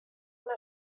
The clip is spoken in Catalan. una